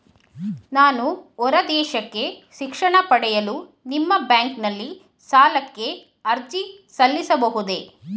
ನಾನು ಹೊರದೇಶಕ್ಕೆ ಶಿಕ್ಷಣ ಪಡೆಯಲು ನಿಮ್ಮ ಬ್ಯಾಂಕಿನಲ್ಲಿ ಸಾಲಕ್ಕೆ ಅರ್ಜಿ ಸಲ್ಲಿಸಬಹುದೇ?